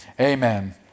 amen